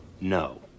No